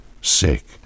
sick